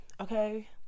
Okay